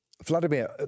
Vladimir